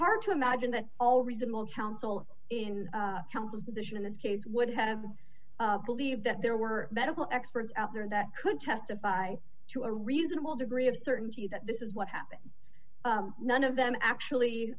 hard to imagine that all reasonable counsel in counsel's position in this case would have believed that there were medical experts out there that could testify to a reasonable degree of certainty that this is what happened none of them actually